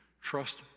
trust